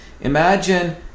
imagine